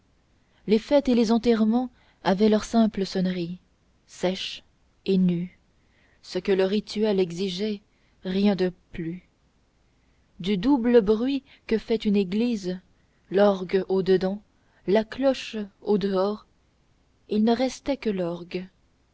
les fêtes et les enterrements avaient leur simple sonnerie sèche et nue ce que le rituel exigeait rien de plus du double bruit que fait une église l'orgue au dedans la cloche au dehors il ne restait que l'orgue